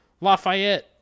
Lafayette